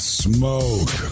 smoke